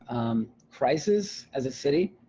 crisis as a city.